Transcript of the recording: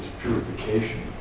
purification